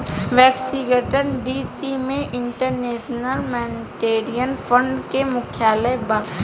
Washington DC में international monetary fund के मुख्यालय बा